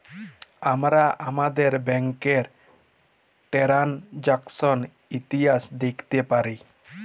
আমরা আমাদের ব্যাংকের টেরানযাকসন ইতিহাস দ্যাখতে পারি